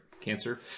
cancer